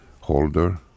holder